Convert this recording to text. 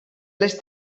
les